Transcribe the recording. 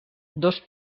dos